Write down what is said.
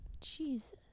Jesus